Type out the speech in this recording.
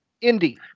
Indy